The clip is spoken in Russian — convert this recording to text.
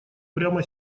прямо